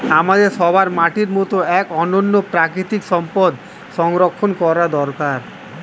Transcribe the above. আমাদের সবার মাটির মতো এক অনন্য প্রাকৃতিক সম্পদ সংরক্ষণ করা দরকার